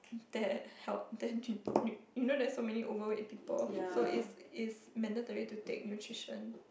that help you know there's so many overweight people so it's is mandatory to take nutrition